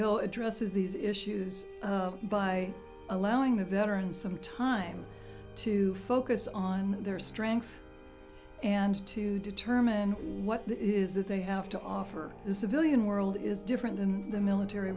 go addresses these issues by allowing the veterans some time to focus on their strengths and to determine what it is that they have to offer is a billion world is different than the military